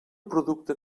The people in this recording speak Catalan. producte